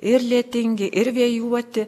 ir lietingi ir vėjuoti